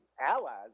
allies